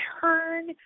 turn